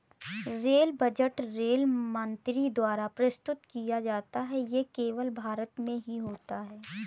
rail budget rail मंत्री द्वारा प्रस्तुत किया जाता है ये केवल भारत में ही होता है